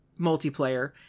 multiplayer